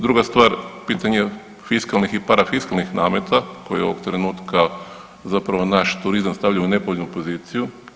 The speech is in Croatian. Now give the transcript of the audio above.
Druga stvar, pitanje fiskalnih i parafiskalnih namete koje ovog trenutka zapravo naš turizam stavlja u nepovoljnu poziciju.